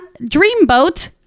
Dreamboat